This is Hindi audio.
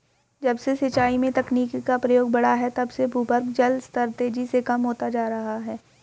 जब से सिंचाई में तकनीकी का प्रयोग बड़ा है तब से भूगर्भ जल स्तर तेजी से कम होता जा रहा है